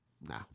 Nah